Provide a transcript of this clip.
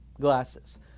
glasses